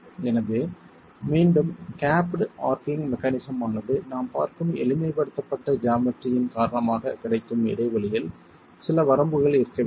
எனவே மீண்டும் capped arching mechanism ஆனது நாம் பார்க்கும் எளிமைப்படுத்தப்பட்ட ஜாமட்டரி இன் காரணமாக கிடைக்கும் இடைவெளியில் சில வரம்புகள் இருக்க வேண்டும்